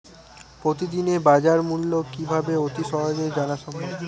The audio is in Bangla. প্রতিদিনের বাজারমূল্য কিভাবে অতি সহজেই জানা সম্ভব?